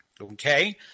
okay